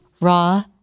raw